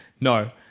No